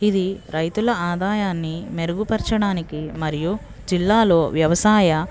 ఇది రైతుల ఆదాయాన్ని మెరుగుపరచడానికి మరియు జిల్లాలో వ్యవసాయ